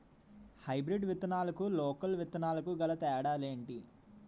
Hybrid విత్తనాలకు local విత్తనాలకు గల తేడాలు ఏంటి?